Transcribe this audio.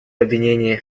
обвинение